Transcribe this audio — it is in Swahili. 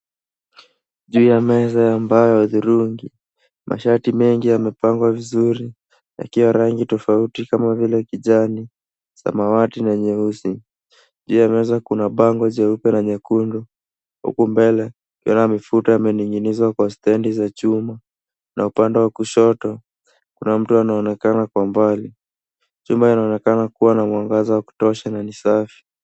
Juu ya meza ya mbao ya hudhurungi mashati mengi yamepangwa vizuri yakiwa na rangi tofauti kama vile kijani, samawati na nyeusi. Juu ya meza kuna bango nyeusi na nyekundu huku mbele yamening'inizwa kwa stendi za chuma na upande wa kushoto kuna mtu anaonekana kwa mbali. Chumba inaonekana kuwa na mwangaza wa kutosha na ni Safi.